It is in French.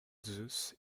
zeus